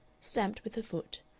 stamped with her foot,